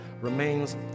remains